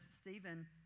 Stephen